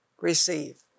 Receive